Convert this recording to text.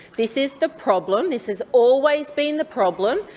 this is the problem. this has always been the problem,